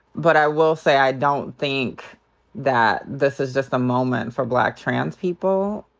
but i will say i don't think that this is just a moment for black trans people.